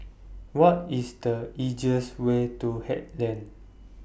What IS The easiest Way to Haig Lane